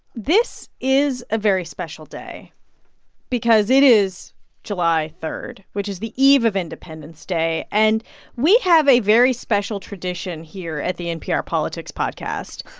this is a very special day because it is july three, which is the eve of independence day. and we have a very special tradition here at the npr politics podcast.